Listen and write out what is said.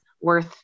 worth